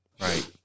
Right